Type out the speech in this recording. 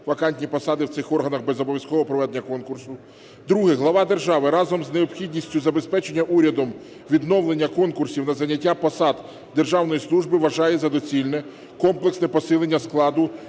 вакантні посади в цих органах без обов'язкового проведення конкурсу. Друге. Глава держави разом з необхідністю забезпечення урядом відновлення конкурсів на зайняття посад державної служби вважає за доцільне комплексне посилення складу